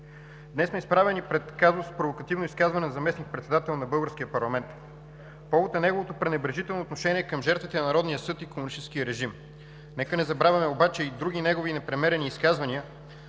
Днес сме изправени пред казуса провокативно изказване на заместник-председател на българския парламент по повод на неговото пренебрежително отношение към жертвите на Народния съд и комунистическия режим. Нека да не забравяме обаче и други негови непремерени изказвания,